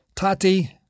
Tati